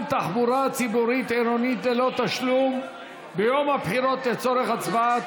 תחבורה ציבורית עירונית ללא תשלום ביום הבחירות לצורך הצבעה),